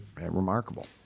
remarkable